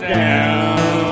down